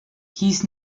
hieß